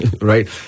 right